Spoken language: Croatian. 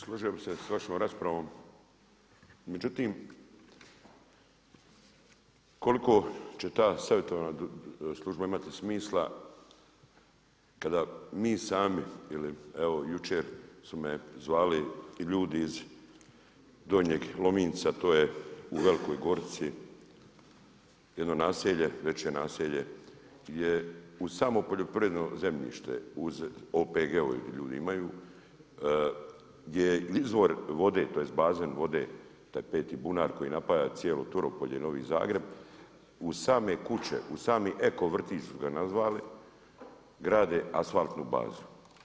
Složio bi se s vašom raspravom, međutim koliko će ta savjetodavna služba imati smisla kada mi sami ili evo jučer su me zvali ljudi iz Donjeg Lominca, to je u Velikoj Gorici jedno veće naselje gdje uz samo poljoprivredno zemljište uz OPG-ove ljudi imaju gdje je izvor tj. bazen vode to je peti bunar koji napaja cijelo Turopolje i Novi Zagreb uz same kuće, uz sami eko vrtić su ga nazvali grade asfaltnu bazu.